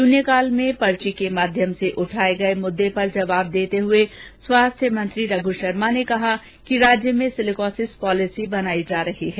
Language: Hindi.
शून्यकाल में पर्ची के माध्यम से उठाए गए मुद्दों पर जवाब देते हुए स्वास्थ्य मंत्री रघु शर्मा ने कहा कि राज्य में सिलिकोसिस पॉलिसी बनाई जा रही है